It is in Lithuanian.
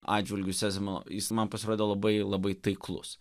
atžvilgiu sezemano jis man pasirodė labai labai taiklus